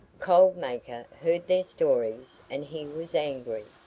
cold maker heard their stories and he was angry.